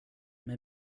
med